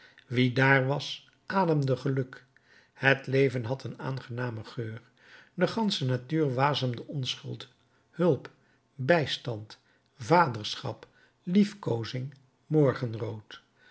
wie daar was ademde geluk het leven had een aangenamen geur de gansche natuur wasemde onschuld hulp bijstand vaderschap liefkoozing morgenrood